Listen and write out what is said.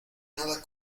nada